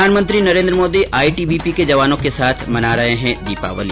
प्रधानमंत्री नरेन्द्र मोदी आईटीबीपी के जवानों के साथ मना रहे हैं दीपावली